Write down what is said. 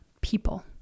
people